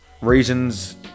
reasons